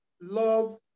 Love